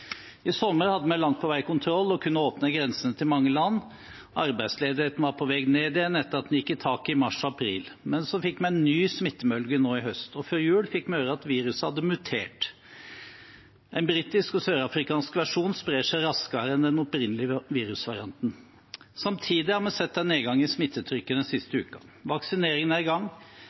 I sommer hadde vi langt på vei kontroll og kunne åpne grensene til mange land. Arbeidsledigheten var på vei ned igjen etter at den gikk i taket i mars/april. Men så fikk vi en ny smittebølge nå i høst, og før jul fikk vi høre at viruset hadde mutert. En britisk og en sørafrikansk versjon sprer seg raskere enn den opprinnelige virusvarianten. Samtidig har vi sett en nedgang i smittetrykket den siste uka. Vaksineringen er i gang,